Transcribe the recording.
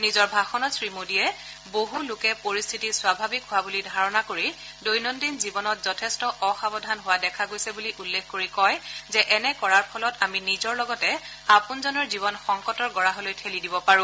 নিজৰ ভাষণত শ্ৰীমোদীয়ে বহু লোকে পৰিশ্বিতি স্বাভাৱিক হোৱা বুলি ধাৰণা কৰি দৈনন্দিন জীৱনত যথেষ্ট অসাৱধান হোৱা দেখা গৈছে বুলি উল্লেখ কৰি কয় যে এনে কৰাৰ ফলত আমি নিজৰ লগতে আপোনজনৰ জীৱন সংকটৰ গৰাহলৈ ঠেলি দিব পাৰো